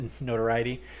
Notoriety